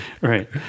Right